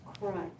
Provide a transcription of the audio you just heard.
Christ